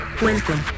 Welcome